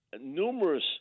numerous